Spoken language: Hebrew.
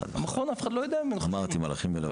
המכון, אף אחד לא יודע --- אמרתי, מלאכים בלבן.